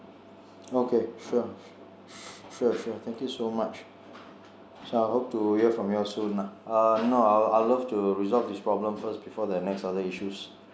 okay sure sure sure thank you so much so I hope to hear from you all soon lah uh no I will I will love to resolve this problem first before the next other issues